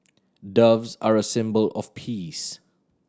doves are a symbol of peace